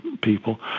people